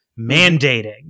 mandating